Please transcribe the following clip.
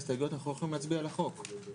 אז היו לנו כבר תשובות על חלק מהדברים שהסבירו לנו,